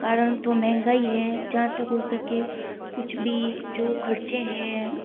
कारण तो महंगाई है जहाँ तक हो सके कुछ भी जो खर्चे हैं